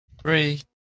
three